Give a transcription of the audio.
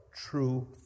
true